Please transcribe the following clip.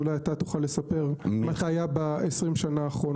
אולי תוכל לספר מתי היה ב-20 השנה האחרונות.